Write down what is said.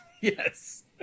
yes